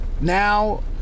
Now